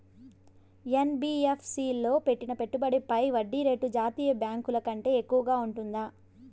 NBFC లో పెట్టిన పెట్టుబడి పై వడ్డీ రేటు జాతీయ బ్యాంకు ల కంటే ఎక్కువగా ఉంటుందా?